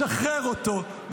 שחרר אותו,